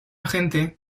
gente